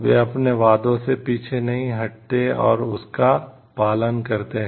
वे अपने वादों से पीछे नहीं हटते और उसका पालन करते हैं